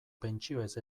pentsioez